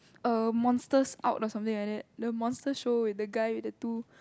err monsters out or something like that the monsters show the guy with the two